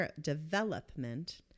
development